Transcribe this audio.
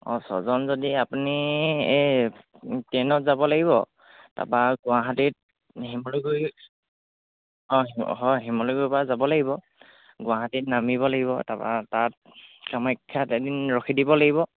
অঁ ছয়জন যদি আপুনি এই ট্ৰেইনত যাব লাগিব তাপা গুৱাহাটীত শিমলুগুৰি অঁ হয় শিমলুগুৰিৰ পৰা যাব লাগিব গুৱাহাটীত নামিব লাগিব তাৰপা তাত কামাখ্যাত এদিন ৰখি দিব লাগিব